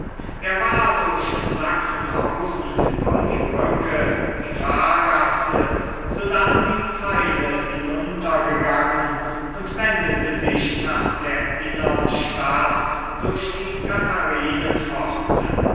er war durch sachsenhausen über die brücke die fahrgasse sodann die zeile hinunter gegangen und wendete sich nach der innern stadt durch die